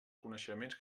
coneixements